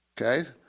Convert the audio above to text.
okay